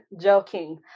joking